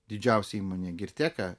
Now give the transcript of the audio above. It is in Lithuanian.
didžiausia įmonė girteka